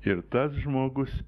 ir tas žmogus